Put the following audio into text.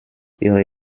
ihre